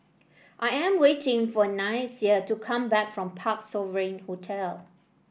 I am waiting for Nyasia to come back from Parc Sovereign Hotel